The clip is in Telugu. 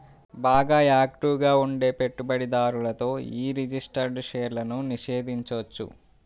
బాగా యాక్టివ్ గా ఉండే పెట్టుబడిదారులతో యీ రిజిస్టర్డ్ షేర్లను నిషేధించొచ్చు